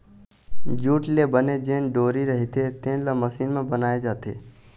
jute ले बने जेन डोरी रहिथे तेन ल मसीन म बनाए जाथे